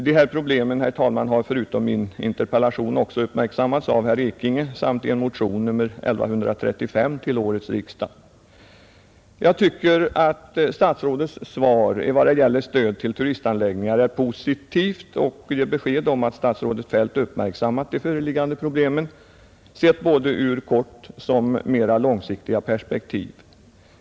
De här problemen har förutom i min interpellation också uppmärksammats av herr Ekinge samt i en motion, nr 1135, till årets riksdag. Jag tycker att statsrådets svar vad gäller stöd till turistanläggningar är positivt och ger besked om att statsrådet Feldt uppmärksammat föreliggande problem, sett både ur kortoch mera långsiktigt perspektiv.